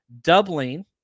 doubling